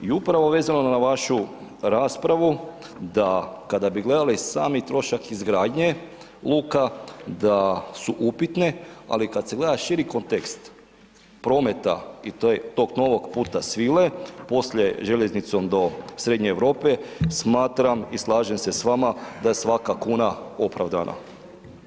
I upravo vezano na vašu raspravu da kada bi gledali sami trošak izgradnje luka, da su upitne, ali kad se gleda širi kontekst prometa i tog novog Puta svile, poslije željeznicom do srednje Europe, smatram i slažem se s vama, da svaka kuna opravdana.